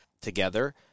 together